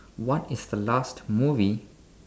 what is the last movie